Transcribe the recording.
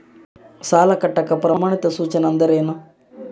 ಸಾಲ ಕಟ್ಟಾಕ ಪ್ರಮಾಣಿತ ಸೂಚನೆಗಳು ಅಂದರೇನು?